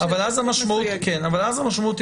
אבל אז המשמעות,